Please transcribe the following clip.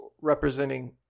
representing